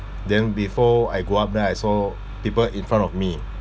then before I go up there I saw people in front of me